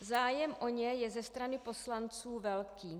Zájem o ně je ze strany poslanců velký.